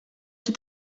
czy